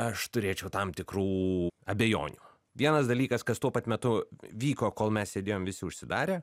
aš turėčiau tam tikrų abejonių vienas dalykas kas tuo pat metu vyko kol mes sėdėjom visi užsidarę